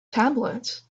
tablet